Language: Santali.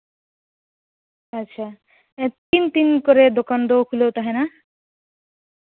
ᱟᱪᱪᱷᱟ ᱛᱤᱱ ᱛᱤᱱ ᱠᱚᱨᱮ ᱫᱚᱠᱟᱱ ᱫᱚ ᱠᱷᱩᱞᱟᱹᱣ ᱛᱟᱦᱮᱱᱟ